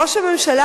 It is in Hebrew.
ראש הממשלה,